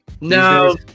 No